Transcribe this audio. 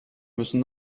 müssen